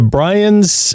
Brian's